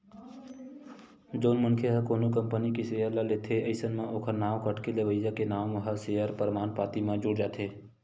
जउन मनखे ह कोनो कंपनी के सेयर ल लेथे अइसन म ओखर नांव कटके लेवइया के नांव ह सेयर परमान पाती म जुड़ जाथे